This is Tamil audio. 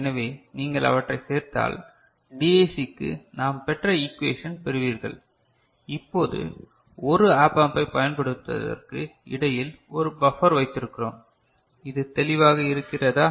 எனவே நீங்கள் அவற்றைச் சேர்த்தால் டிஏசிக்கு நாம் பெற்ற இக்குவேஷன் பெறுவீர்கள் இப்போது ஒரு ஆப் ஆம்பைப் பயன்படுத்துவதற்கு இடையில் ஒரு பஃபர் வைத்திருக்கிறோம் இது தெளிவாக இருக்கிறதா